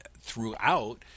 throughout